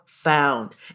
Found